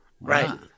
Right